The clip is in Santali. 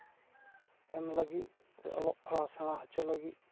ᱮᱢ ᱞᱟᱹᱜᱤᱫ ᱥᱮ ᱚᱞᱚᱜ ᱯᱟᱲᱦᱟᱣ ᱥᱮᱬᱟ ᱦᱚᱪᱚ ᱞᱟᱹᱜᱤᱫ